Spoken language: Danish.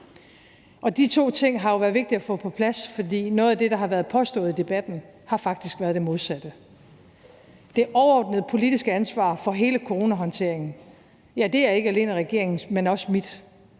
De to ting har det jo været vigtigt at få på plads, for noget af det, der har været påstået i debatten, har faktisk været det modsatte. Det overordnede politiske ansvar for hele coronahåndteringen, ja, det er ikke alene regeringens, men også mit.